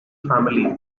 family